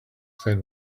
said